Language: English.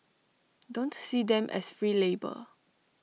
don't see them as free labour